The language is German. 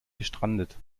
gestrandet